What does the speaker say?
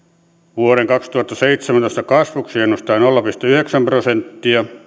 vuoden kaksituhattaseitsemäntoista kasvuksi ennustetaan nolla pilkku yhdeksää prosenttia